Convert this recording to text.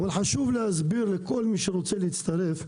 אבל חשוב להסביר לכל מי שרוצה להצטרף,